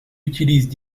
utilisent